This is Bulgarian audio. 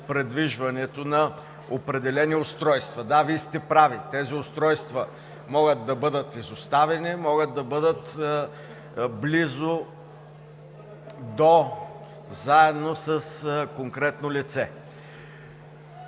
придвижването на определени устройства. Да, Вие сте прави, тези устройства могат да бъдат изоставени, могат да бъдат близо до, заедно с конкретно лице.